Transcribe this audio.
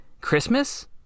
Christmas